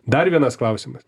dar vienas klausimas